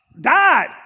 died